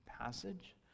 passage